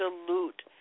absolute